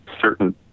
certain